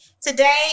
today